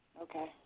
Okay